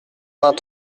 vingt